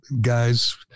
guys